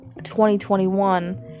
2021